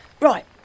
Right